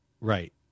Right